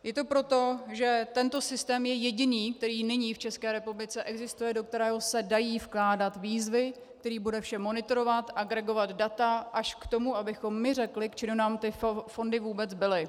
Je to proto, že tento systém je jediný, který nyní v České republice existuje, do kterého se dají vkládat výzvy, který bude vše monitorovat, agregovat data, až k tomu, abychom my řekli, k čemu nám ty fondy vůbec byly.